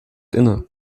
inne